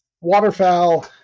Waterfowl